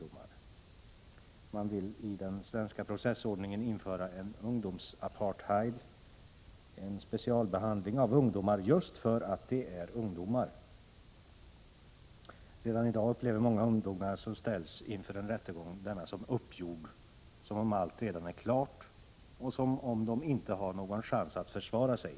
Man vill i den svenska processordningen införa en ”ungdomsapartheid”, en specialbehandling av ungdomar just för att de är ungdomar. Redan i dag upplever många ungdomar som ställs inför en rättegång denna som ”uppgjord”, som om allt redan är klart och som om de inte har någon chans att försvara sig.